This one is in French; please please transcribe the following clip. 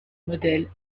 modèles